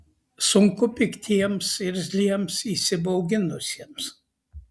sunku piktiems irzliems įsibauginusiems